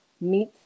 meat